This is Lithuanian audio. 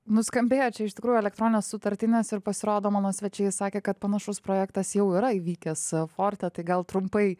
nuskambėjo čia iš tikrųjų elektroninės sutartinės ir pasirodo mano svečiai sakė kad panašus projektas jau yra įvykęs forte tai gal trumpai